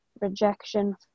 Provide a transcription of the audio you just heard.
rejection